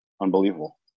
unbelievable